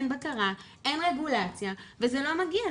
אין בקרה, אין רגולציה וזה לא מגיע.